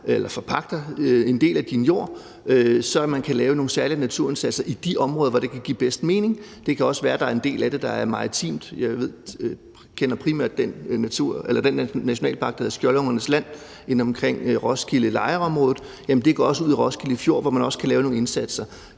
Vi forpagter en del af din jord, så vi kan lave nogle særlige naturindsatser i de områder, hvor det kan give bedst mening. Det kan også være, at der er en del af det, der er maritimt. Jeg kender primært den nationalpark, der hedder Nationalpark Skjoldungernes Land omkring Roskilde- og Lejreområdet. Det går ud i Roskilde Fjord, hvor man også kan lave nogle indsatser.